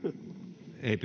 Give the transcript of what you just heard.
ei